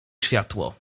światło